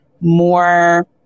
more